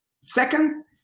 Second